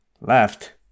left